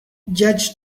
judge